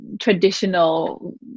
traditional